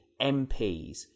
MPs